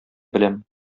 беләм